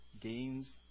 gains